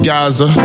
Gaza